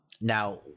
now